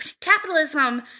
capitalism